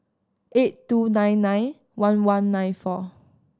eight two nine nine one one nine four